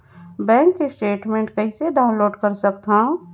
Bank statement कइसे download कर सकथव?